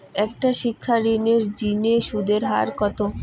একটা শিক্ষা ঋণের জিনে সুদের হার কত?